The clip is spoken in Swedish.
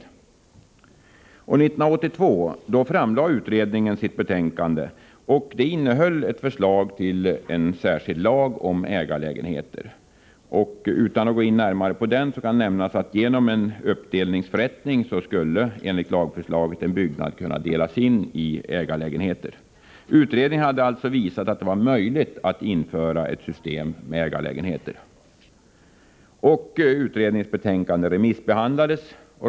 År 1982 framlade utredningen sitt betänkande. Det innehöll ett förslag till en särskild lag om ägarlägenheter. Utan att gå närmare in på den kan jag nämna att det enligt lagförslaget skulle vara möjligt att dela in en byggnad i ägarlägenheter genom en uppdelningsförrättning. Utredningen hade alltså visat att det var möjligt att införa ett system med ägarlägenheter. Utredningsbetänkandet remissbehandlades.